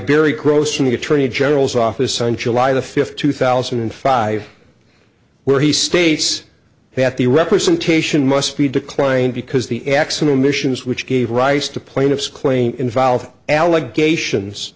barry gross in the attorney general's office on july the fifth two thousand and five where he states that the representation must be declined because the accidental missions which gave rise to plaintiff's claim involve allegations